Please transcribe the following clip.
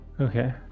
okay